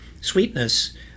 sweetness